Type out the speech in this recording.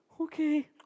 Okay